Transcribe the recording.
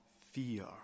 fear